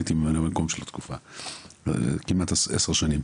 הייתי ממלא מקום שלו כמעט עשר שנים.